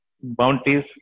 bounties